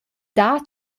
dar